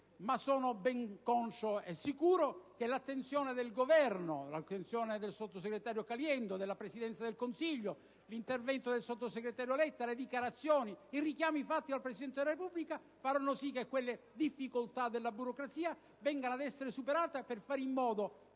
sono ben conscio e sicuro che l'attenzione del Governo, del sottosegretario Caliendo e della Presidenza del Consiglio, nonché l'intervento del sottosegretario Letta, le dichiarazioni e i richiami fatti dal Presidente della Repubblica faranno sì che quelle difficoltà della burocrazia vengano superate. Ciò, per fare in modo